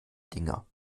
dinger